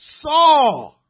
saw